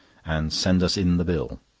and send us in the bill.